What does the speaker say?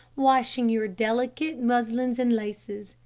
washing your delicate muslins and laces,